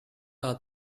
are